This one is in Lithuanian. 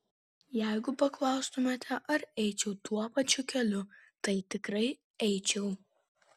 jeigu paklaustumėte ar eičiau tuo pačiu keliu tai tikrai eičiau